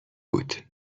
بود